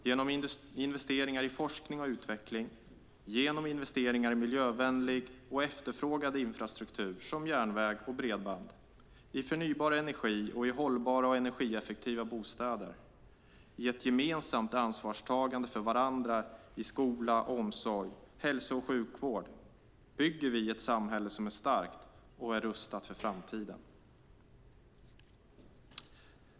Genom investeringar i forskning och utveckling och genom investeringar i miljövänlig och efterfrågad infrastruktur som järnväg och bredband, i förnybar energi och i hållbara och energieffektiva bostäder, i ett gemensamt ansvarstagande för varandra inom skola, omsorg och hälso och sjukvård bygger vi ett samhälle som är starkt och rustat för framtiden.